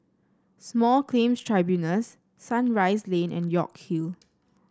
Small Claims Tribunals Sunrise Lane and York Hill